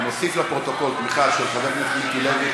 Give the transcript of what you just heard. אני מוסיף לפרוטוקול תמיכה של חבר הכנסת מיקי לוי,